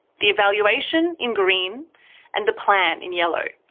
the evaluation in green and the plan in yellow.